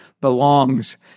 belongs